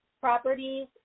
properties